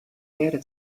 erde